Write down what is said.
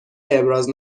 ابراز